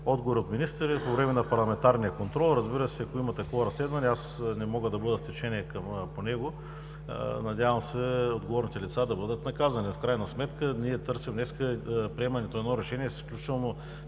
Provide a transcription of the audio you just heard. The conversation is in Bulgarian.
отговори от министъра и по време на парламентарния контрол, разбира се, ако има такова разследване. Аз не мога да бъда в течение по него. Надявам се отговорните лица да бъдат наказани. В крайна сметка ние търсим днес приемането на едно решение с изключително